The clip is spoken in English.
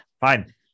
Fine